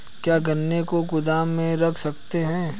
क्या गन्ने को गोदाम में रख सकते हैं?